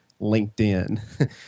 LinkedIn